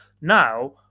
Now